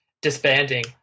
disbanding